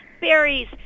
berries